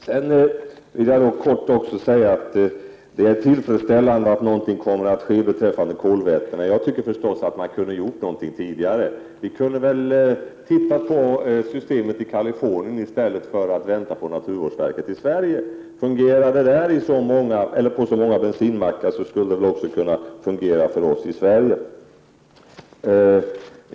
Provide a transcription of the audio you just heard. Helt kort vill jag också säga att det är tillfredsställande att någonting kommer att ske beträffande kolvätena, men jag tycker förstås att man kunde ha gjort någonting tidigare. Vi kunde ha studerat systemet i Kalifornien i stället för att vänta på naturvårdsverket i Sverige. Fungerar det i Kalifornien på så många bensinmackar borde det också kunna fungera här i Sverige.